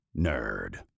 nerd